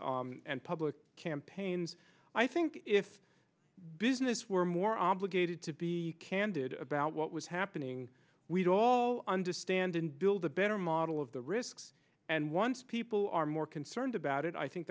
consciousness and public campaigns i think if business were more obligated to be candid about what was happening we'd all understand and build a better model of the risks and once people are more concerned about it i think